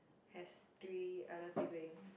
has three other siblings